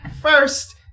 first